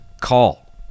Call